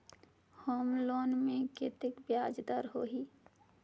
Home loan मे कतेक ब्याज दर होही?